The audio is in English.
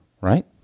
right